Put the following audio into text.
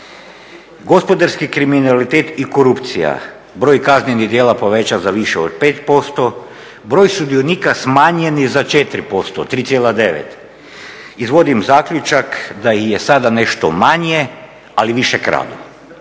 Gospodarski kriminalitet i korupcija, broj kaznenih djela povećan za više od 5%, broj sudionika smanjen je za 4%, 3,9 izvodim zaključak da ih je sada nešto manje ali više kradu,